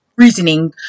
Reasoning